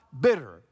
bitter